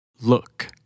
Look